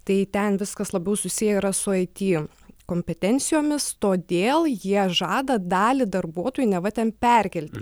tai ten viskas labiau susiję yra su it kompetencijomis todėl jie žada dalį darbuotojų neva ten perkelti